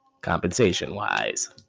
Compensation-wise